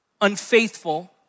unfaithful